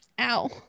ow